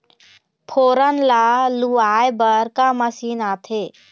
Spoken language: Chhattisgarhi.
फोरन ला लुआय बर का मशीन आथे?